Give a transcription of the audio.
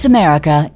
America